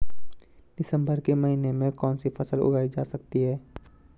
दिसम्बर के महीने में कौन सी फसल उगाई जा सकती है?